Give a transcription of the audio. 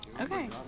Okay